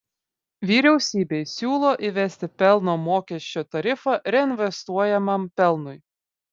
vyriausybei siūlo įvesti pelno mokesčio tarifą reinvestuojamam pelnui